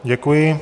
Děkuji.